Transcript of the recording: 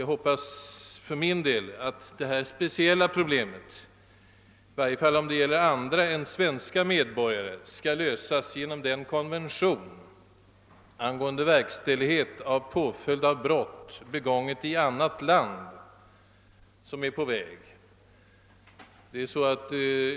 Jag hoppas emellertid att detta speciella problem — i varje fall när det gäller andra personer än svenska medborgare — skall lösas genom den konvention angående verkställighet av påföljd av brott begånget i annat land som nu är på väg.